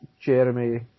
Jeremy